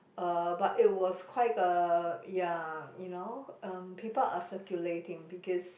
uh but it was quite a ya you know um people are circulating because